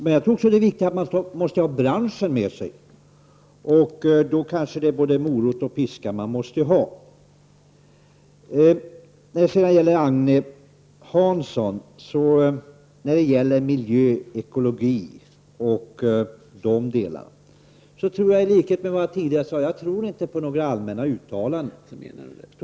Men jag tror också att det är viktigt att man har branschen med sig. Då kanske det är både morot och piska man måste ha. I fråga om miljö och ekologi tror jag inte, Agne Hansson, på några allmänna uttalanden.